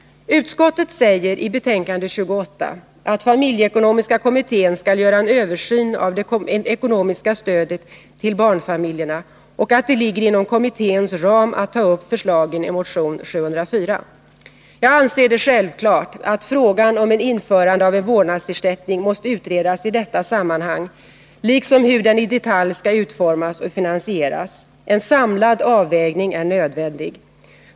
Utskottet säger i betänkande 28 att familjeekonomiska kommittén skall göra en översyn av det ekonomiska stödet till barnfamiljerna och att det ligger inom kommitténs ram att ta upp förslagen i motion 704. Jag anser det självklart att frågan om ett införande av en vårdnadsersättning måste utredas idetta sammanhang liksom hur den i detalj skall utformas och finansieras. En samlad avvägning är nödvändig.